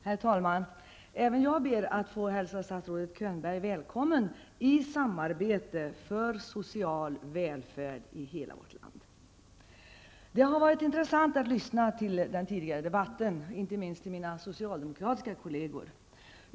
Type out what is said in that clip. Herr talman! Även jag ber att få hälsa statsrådet Könberg välkommen i samarbete för social välfärd i hela vårt land. Det har varit intressant att lyssna till den tidigare debatten, och inte minst till mina socialdemokratiska kolleger.